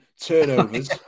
turnovers